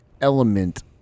element